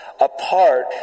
apart